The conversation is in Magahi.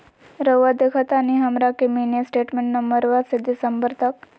रहुआ देखतानी हमरा के मिनी स्टेटमेंट नवंबर से दिसंबर तक?